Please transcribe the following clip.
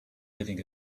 living